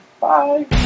Bye